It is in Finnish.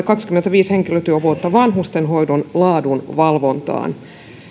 kaksikymmentäviisi henkilötyövuotta vanhustenhoidon laadun valvontaan